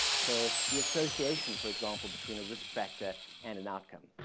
so the association for example between a risk factor and an outcome.